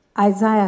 Isaiah